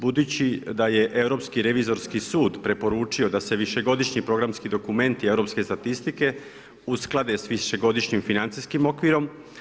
Budući da je Europski revizorski sud preporučio da se višegodišnji programski dokumenti europske statistike usklade s višegodišnjim financijskim okvirom.